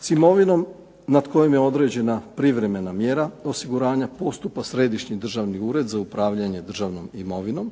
S imovinom nad kojom je određena privremena mjera osiguranja postupa Središnji državni ured za upravljanje državnom imovinom.